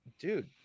dude